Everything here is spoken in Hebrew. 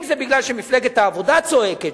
אם זה כי מפלגת העבודה צועקת,